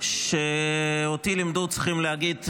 שאותי לימדו שצריכים להגיד,